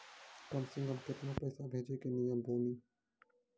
कम से कम केतना पैसा भेजै के नियम बानी?